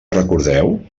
recordeu